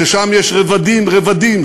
ששם יש רבדים רבדים,